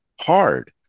hard